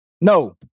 No